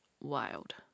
wild